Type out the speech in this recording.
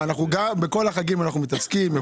אנחנו מתעסקים בכל החגים ומברכים.